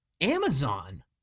Amazon